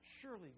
Surely